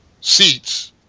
seats